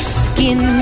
skin